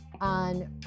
on